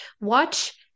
Watch